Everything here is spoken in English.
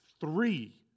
Three